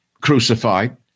crucified